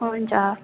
हुन्छ